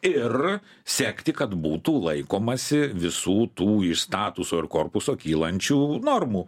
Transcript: ir siekti kad būtų laikomasi visų tų statuso ir korpuso kylančių normų